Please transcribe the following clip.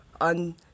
on